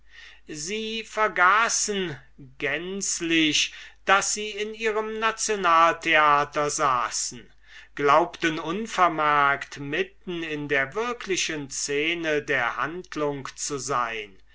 sie vergaßen gänzlich daß sie in ihrem nationaltheater saßen glaubten unvermerkt mitten in der wirklichen scene der handlung zu sein